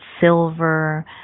silver